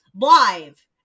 live